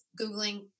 Googling